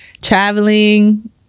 traveling